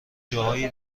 جاهای